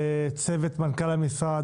לצוות מנכ"ל המשרד,